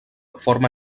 forma